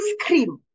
cream